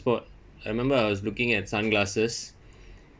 I remember I was looking at sunglasses